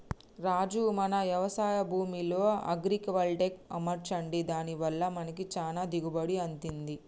రాజు మన యవశాయ భూమిలో అగ్రైవల్టెక్ అమర్చండి దాని వల్ల మనకి చానా దిగుబడి అత్తంది